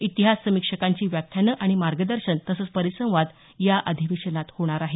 इतिहास समीक्षकांची व्याख्यानं आणि मार्गदर्शन तसंच परिसंवाद या अधिवेशनात होतील